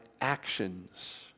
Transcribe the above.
actions